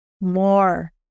more